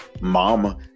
Mama